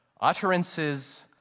Utterances